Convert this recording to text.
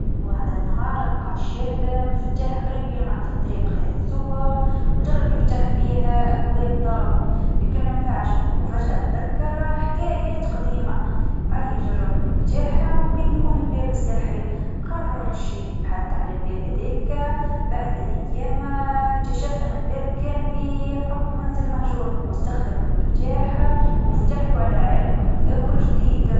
فما نهار لقا شاب مفتاح غريب يلمع في الطريق، هزو وجرب يحل بيه أبواب دارو لكن ما نفعش وفجأه تذكر حكايات قديمه، أيا جرب المفتاح يمكن الباب السحري قرر الشاب يبحث عالباب هذاكا بعد أيام اكتشف إن الباب كان في قبو منزل مهجورواستخدم المفتاح و فتحلو على عالم واحد اوخر جديد.